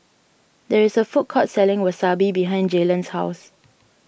there is a food court selling Wasabi behind Jaylen's house